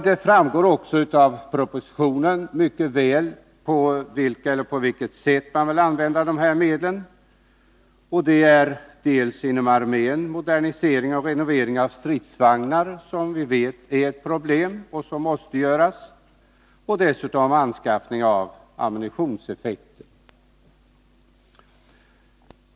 Det framgår också mycket väl av propositionen på vilket sätt man vill använda dessa medel. Det är bl.a. inom armén för modernisering och renovering av stridsvagnar, som vi vet att man har problem med och som måste göras, samt för anskaffning av ammunitionseffekter.